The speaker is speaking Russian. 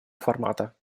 формата